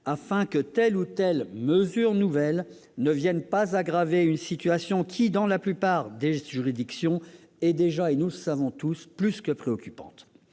afin que telle ou telle mesure nouvelle ne vienne pas aggraver une situation qui, dans la plupart des juridictions, est déjà plus que préoccupante.